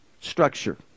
structure